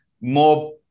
more